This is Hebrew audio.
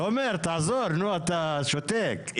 תומר, תעזור, אתה שותק.